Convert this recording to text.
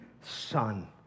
son